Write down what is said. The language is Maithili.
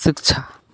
शिक्षा